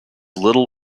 little